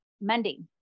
Monday